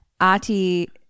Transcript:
Ati